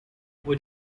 what